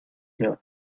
señor